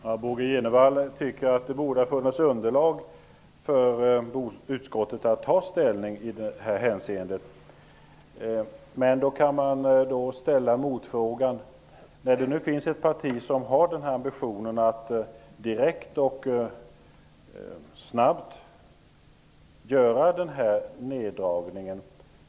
Herr talman! Bo G Jenevall tycker att det borde ha funnits underlag för utskottet att ta ställning i det här hänseendet. Då kan man ställa en motfråga. Här finns det nu ett parti som har den här ambitionen att direkt och snabb göra den här nerdragningen.